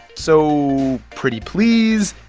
so pretty please.